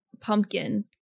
pumpkin